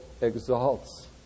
exalts